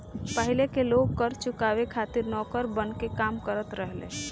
पाहिले के लोग कर चुकावे खातिर नौकर बनके काम करत रहले